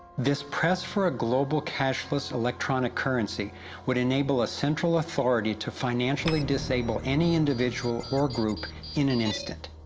this press for a global cashless electronic currency would enable a central authority to financially disable any individual or group in an instant.